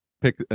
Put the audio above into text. pick